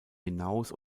hinaus